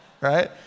right